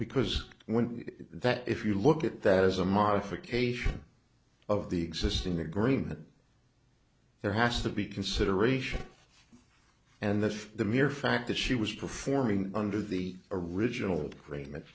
because when that if you look at that as a modification of the existing agreement there has to be consideration and if the mere fact that she was performing under the original